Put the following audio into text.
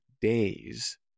days